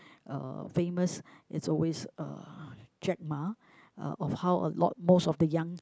uh famous is always uh Jack-Ma uh of how a lot most of the young